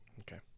Okay